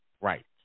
right